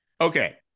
Okay